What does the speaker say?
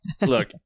Look